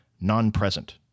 non-present